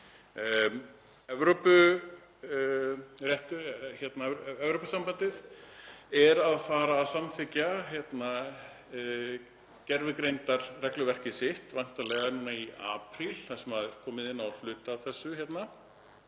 Evrópusambandið er að fara að samþykkja gervigreindarregluverkið sitt, væntanlega núna í apríl, þar sem komið er inn á hluta af þessu